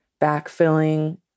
backfilling